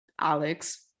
Alex